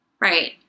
right